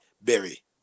Berry